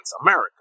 America